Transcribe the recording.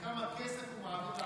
אפס נמנעים.